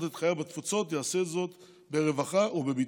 את חייו בתפוצות יעשה זאת ברווחה ובביטחון.